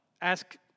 ask